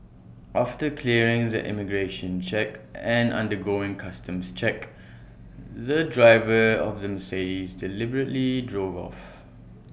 after clearing the immigration check and undergoing customs checks the driver of the Mercedes deliberately drove off